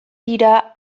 dira